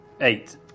Eight